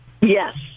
Yes